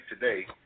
today